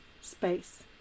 space